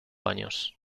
años